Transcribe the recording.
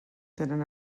tenen